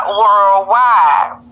worldwide